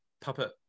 puppet